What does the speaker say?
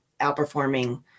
outperforming